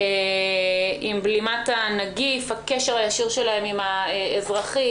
עם בלימת הנגיף: הקשר הישיר שלהם עם האזרחים,